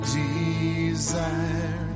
desire